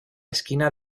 esquina